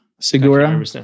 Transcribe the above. Segura